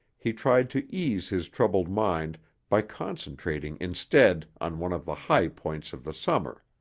he tried to ease his troubled mind by concentrating instead on one of the high points of the summer.